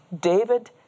David